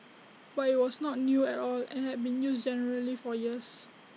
but IT was not new at all and had been used generally for years